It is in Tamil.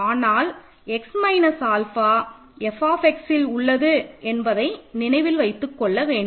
ஆனால் x மைனஸ் ஆல்ஃபா Fxல் உள்ளது என்பதை நினைவில் வைத்துக் கொள்ளவேண்டும்